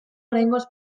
oraingoz